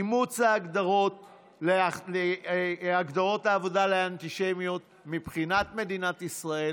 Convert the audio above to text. אימוץ הגדרות העבודה לאנטישמיות מבחינת מדינת ישראל,